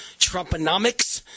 Trumponomics